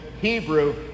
Hebrew